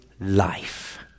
life